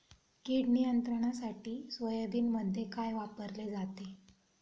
कीड नियंत्रणासाठी सोयाबीनमध्ये काय वापरले जाते?